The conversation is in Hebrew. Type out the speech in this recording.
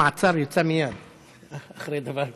צו מעצר יוצא מייד אחרי דבר כזה.